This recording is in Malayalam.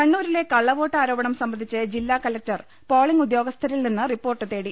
കണ്ണൂരിലെ കള്ളവോട്ട് ആരോപണം സംബന്ധിച്ച് ജില്ലാ കല ക്ടർ പോളിംഗ് ഉദ്യോഗസ്ഥരിൽ നിന്ന് റിപ്പോർട്ട് തേടി